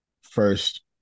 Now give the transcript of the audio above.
first